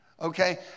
Okay